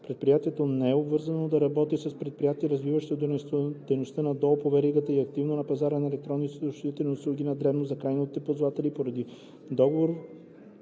предприятието не е обвързано да работи с предприятие, развиващо дейност надолу по веригата и активно на пазар на електронни съобщителни услуги на дребно за крайни ползватели, поради договор